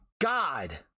God